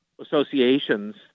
associations